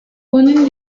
ponen